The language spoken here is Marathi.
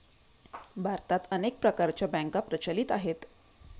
भारतात अनेक प्रकारच्या बँका प्रचलित आहेत